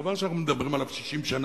דבר שאנחנו מדברים עליו 60 שנה,